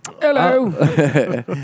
Hello